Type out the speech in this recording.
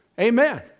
Amen